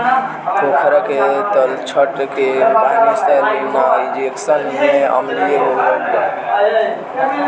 पोखरा के तलछट के पानी सैलिनाइज़ेशन से अम्लीय हो गईल बा